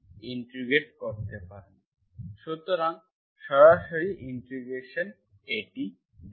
সুতরাং সরাসরি ইন্টিগ্রেশন এটি দেবে